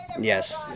Yes